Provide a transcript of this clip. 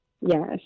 Yes